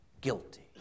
guilty